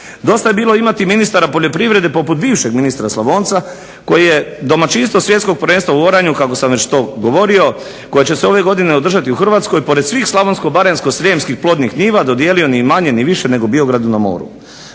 Dosta je bilo imati ministara poljoprivrede poput bivšeg ministra Slavonca koji je domaćinstvo Svjetskog prvenstva u oranju kako sam to već govorio, koje će se ove godine održati u Hrvatskoj, pored svih slavonsko-baranjsko-srijemskih plodnih njiva dodijelio ni manje ni više nego Biogradu na moru.